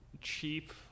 cheap